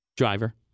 Driver